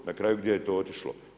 Na kraju gdje je to otišlo?